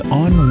on